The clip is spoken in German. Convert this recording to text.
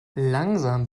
langsam